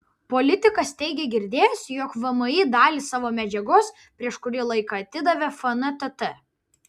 politikas teigė girdėjęs jog vmi dalį savo medžiagos prieš kurį laiką atidavė fntt